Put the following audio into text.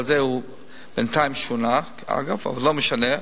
הוא בינתיים שונה, אגב, אבל לא משנה.